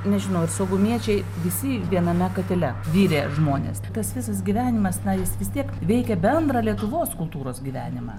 nežinau ir saugumiečiai visi viename katile virė žmonės tai tas visas gyvenimas na jis vis tiek veikia bendrą lietuvos kultūros gyvenimą